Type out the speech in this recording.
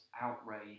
outrage